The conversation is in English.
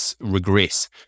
regress